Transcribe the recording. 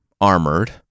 armored